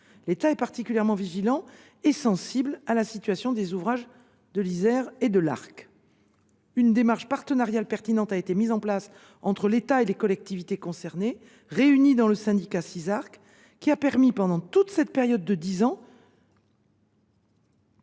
L’État est particulièrement vigilant et sensible à la situation des ouvrages de l’Isère et de l’Arc. Une démarche partenariale pertinente a été mise en place entre l’État et les collectivités concernées, réunies dans le Sisarc. Elle a permis pendant cette période de dix ans